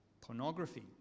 pornography